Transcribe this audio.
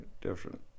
different